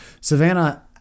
Savannah